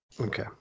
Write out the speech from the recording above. Okay